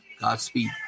Godspeed